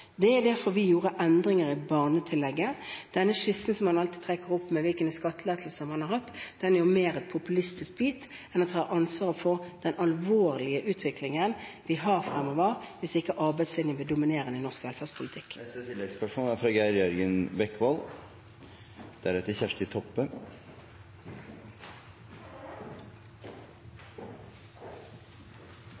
Det er derfor vi gjorde endringer i barnetillegget. Den skissen som man alltid trekker opp når det gjelder hvilke skattelettelser man har hatt, er mer en populistisk bit enn å ta ansvaret for den alvorlige utviklingen vi vil ha fremover hvis ikke arbeidslinjen blir dominerende i norsk velferdspolitikk.